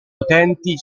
potenti